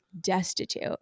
destitute